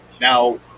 Now